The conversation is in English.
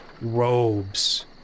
robes